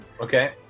Okay